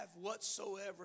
whatsoever